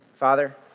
Father